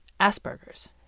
Asperger's